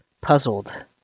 puzzled